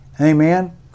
Amen